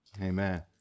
Amen